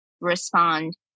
respond